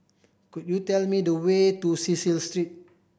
could you tell me the way to Cecil Street